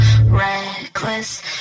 reckless